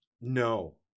No